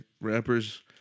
Rappers